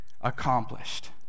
accomplished